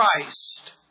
Christ